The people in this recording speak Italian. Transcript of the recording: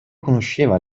conosceva